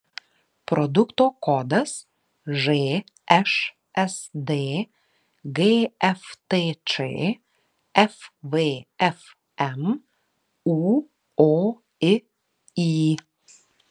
produkto kodas žšsd gftč fvfm ūoiy